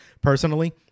personally